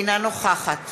אינה נוכחת